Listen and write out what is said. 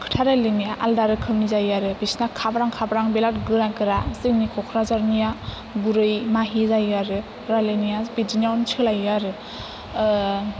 खोथा रायलायनाया आलदा रोखोमनि जायो आरो बिसिना खाब्रां खाब्रां बेराद गोरा गोरा जोंनि कक्राझारनिया गुरै माहि जायो आरो रायलायनाया बिदियावनो सोलायो आरो